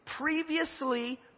previously